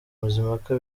mazimpaka